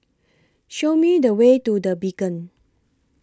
Show Me The Way to The Beacon